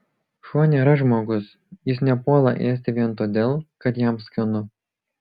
šuo nėra žmogus jis nepuola ėsti vien todėl kad jam skanu